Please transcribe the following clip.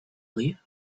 live